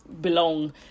belong